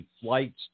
flights